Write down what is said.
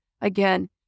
again